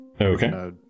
Okay